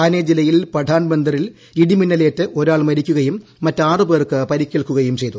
താനെ ജില്ലയിലെ പഠാൻ ബന്തറിൽ ഇടിമിന്നലേറ്റ് ഒരാൾ മരിക്കുകയും മറ്റ് ആറ് പേർക്ക് പരിക്കേൽക്കുകയും ചെയ്തു